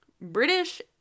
British